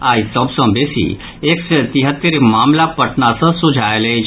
आई सभ सँ बेसी एक सय तिहत्तरि मामिला पटना सँ सोझा आयल अछि